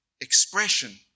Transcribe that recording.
expression